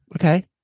Okay